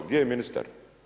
Gdje je ministar?